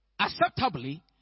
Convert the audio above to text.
acceptably